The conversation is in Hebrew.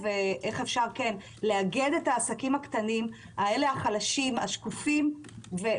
איך אפשר לאגד את העסקים הקטנים החלשים והשקופים האלה